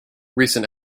recent